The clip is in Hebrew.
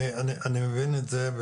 אני מבין את זה.